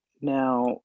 Now